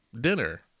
dinner